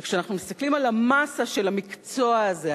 וכשאנחנו מסתכלים על המאסה של המקצוע הזה,